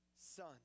Son